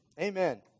Amen